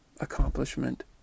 accomplishment